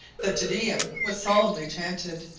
the te deum was solemnly chanted,